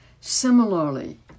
Similarly